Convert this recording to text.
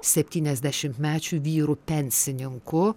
septyniasdešimtmečiu vyru pensininku